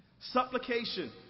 Supplication